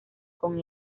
con